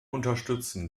unterstützen